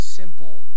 simple